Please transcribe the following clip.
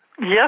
Yes